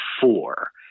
four